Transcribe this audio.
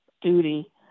duty